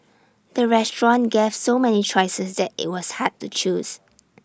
the restaurant gave so many choices that IT was hard to choose